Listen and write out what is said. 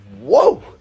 Whoa